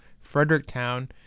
Fredericktown